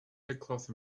headcloth